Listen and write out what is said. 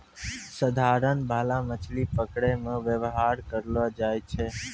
साधारण भाला मछली पकड़ै मे वेवहार करलो जाय छै